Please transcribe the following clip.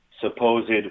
supposed